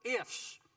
ifs